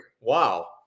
Wow